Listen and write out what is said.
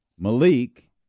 Malik